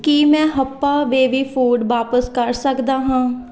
ਕੀ ਮੈਂ ਹੱਪਾ baby food ਵਾਪਸ ਕਰ ਸਕਦਾ ਹਾਂ